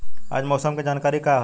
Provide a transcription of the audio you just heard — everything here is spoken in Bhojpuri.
आज मौसम के जानकारी का ह?